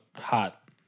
hot